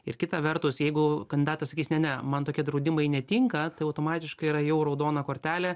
ir kita vertus jeigu kandidatas sakys ne ne man tokie draudimai netinka tai automatiškai yra jau raudona kortelė